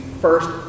first